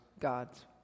God's